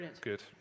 good